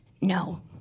No